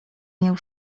miał